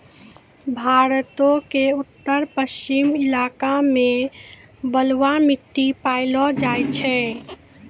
भारतो के उत्तर पश्चिम इलाका मे बलुआ मट्टी पायलो जाय छै